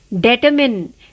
determine